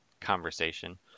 conversation